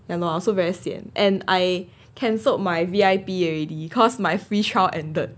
ya lor I also very sian and I cancelled my V_I_P already cause my free trial ended